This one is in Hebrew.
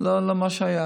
לא מה שהיה.